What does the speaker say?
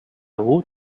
woot